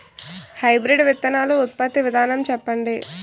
Hybrid విత్తనాలు ఉత్పత్తి విధానం చెప్పండి?